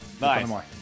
Nice